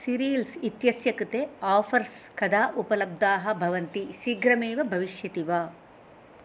cereals इत्यस्य कृते offers कदा उपलब्धाः भवन्ति शीघ्रमेव भविष्यति वा